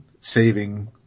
saving